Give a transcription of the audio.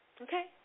okay